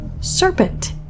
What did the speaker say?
serpent